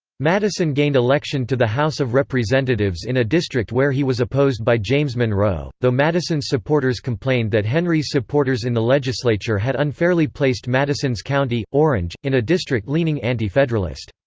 madison gained election to the house of representatives in a district where he was opposed by james monroe, though madison's supporters complained that henry's supporters in the legislature had unfairly placed madison's county, orange, in a district leaning anti-federalist.